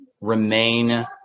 remain